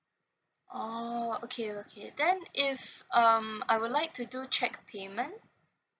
oh okay okay then if um I would like to do cheque payment